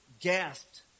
gasped